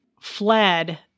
fled